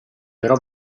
però